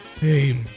Hey